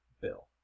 bill